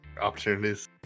opportunities